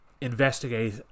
investigate